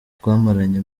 twamaranye